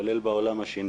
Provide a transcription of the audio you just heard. כולל באולם השני.